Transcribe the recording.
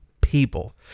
people